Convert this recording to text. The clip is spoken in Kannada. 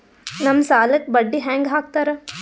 ನಮ್ ಸಾಲಕ್ ಬಡ್ಡಿ ಹ್ಯಾಂಗ ಹಾಕ್ತಾರ?